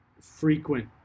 frequent